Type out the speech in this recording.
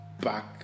back